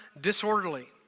disorderly